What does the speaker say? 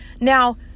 Now